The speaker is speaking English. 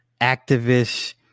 activist